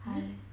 hi